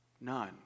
None